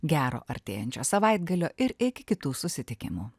gero artėjančio savaitgalio ir iki kitų susitikimų